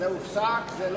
זה הופסק מזמן.